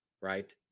right